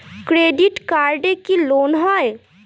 Credit কার্ডে কি loan হয়?